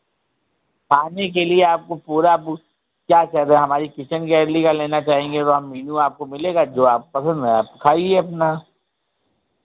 खाने के लिए आपको पूरा क्या कह रहे हमारी किचन गैलरी का लेना चाहेंगे तो हाँ मीनू आपको मिलेगा जो आपको पसन्द है आप खाइए अपना